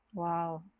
!wow!